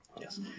Yes